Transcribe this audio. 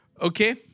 Okay